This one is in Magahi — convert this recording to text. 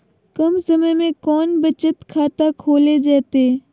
कम समय में कौन बचत खाता खोले जयते?